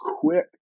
quick